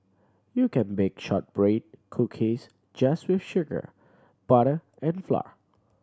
you can bake shortbread cookies just with sugar butter and flour